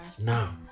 now